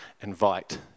invite